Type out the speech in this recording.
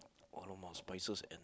aroma spices and